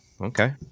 Okay